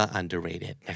underrated